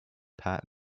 pat